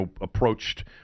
approached